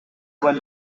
went